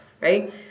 right